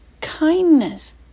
kindness